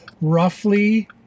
roughly